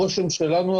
הרושם שלנו,